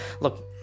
Look